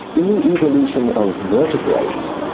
in the evolution of vertebrates,